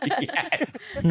yes